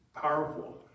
powerful